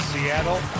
Seattle